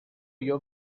your